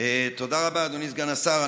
תודה רבה, אדוני סגן השר.